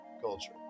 Culture